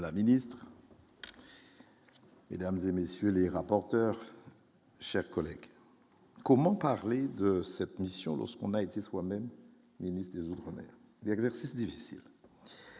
Madame la ministre. Mesdames et messieurs les rapporteurs chers collègues. Comment parler de cette mission dans ce qu'on a été soi-même ministre des Outre-Mer d'exercice difficile.